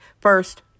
first